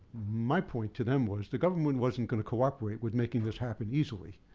my point to them was the government wasn't gonna cooperate with making this happen easily.